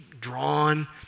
drawn